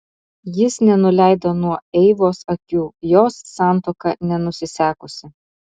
jis nenuleido nuo eivos akių jos santuoka nenusisekusi